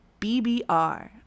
bbr